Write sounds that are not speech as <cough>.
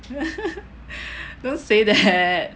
<laughs> don't say that